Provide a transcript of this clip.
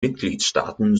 mitgliedstaaten